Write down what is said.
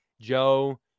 Joe